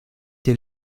des